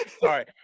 Sorry